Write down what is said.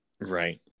Right